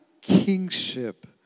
kingship